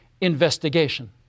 investigation